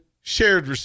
shared